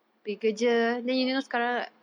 those a bit rush kan